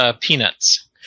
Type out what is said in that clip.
peanuts